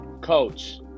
coach